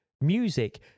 Music